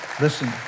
listen